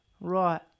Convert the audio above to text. Right